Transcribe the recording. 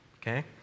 Okay